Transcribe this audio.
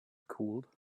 cooled